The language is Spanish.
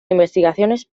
investigaciones